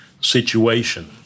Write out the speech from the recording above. situation